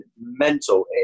mental